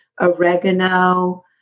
oregano